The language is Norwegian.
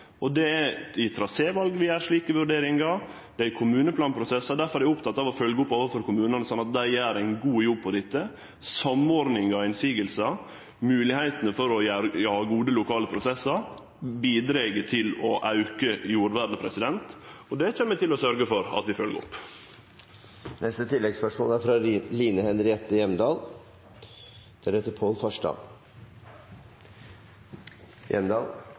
og det er i trasévala vi gjer slike vurderingar, det er i kommuneplanprosessar. Difor er eg oppteken av å følgje det opp overfor kommunane, slik at dei gjer ein god jobb med dette. Samordning av motsegner og moglegheiter for å ha gode lokale prosessar bidreg til å auke jordvernet, og det kjem eg til å sørgje for at vi følgjer opp.